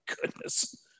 goodness